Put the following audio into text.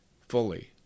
fully